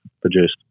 produced